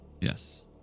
Yes